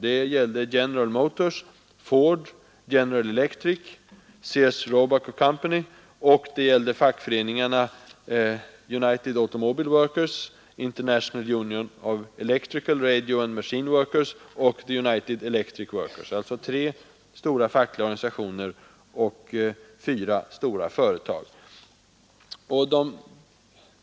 Det gällde General Motors Corporation, Ford Motor Company, General Electric Company, Sears, Roebuck & Co, och det gällde fackföreningarna United Automobile Workers, International Union of Electrical, Radio and Machine Workers och United Electric Workers, alltså tre stora fackliga organisationer och fyra stora företag.